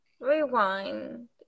Rewind